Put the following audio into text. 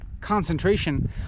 concentration